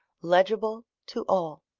legible to all.